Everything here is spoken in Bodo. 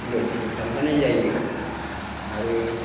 हिनजावफोरबो थांफानाय जायो आरो